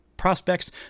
Prospects